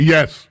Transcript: Yes